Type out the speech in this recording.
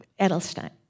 Edelstein